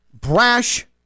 brash